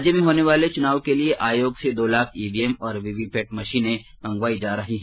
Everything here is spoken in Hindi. राज्य में होने वाले चुनाव के लिए आयोग से दो लाख ईवीएम और वीवीपैट मशीनें मंगवाई जा रही हैं